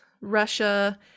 Russia